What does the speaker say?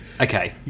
okay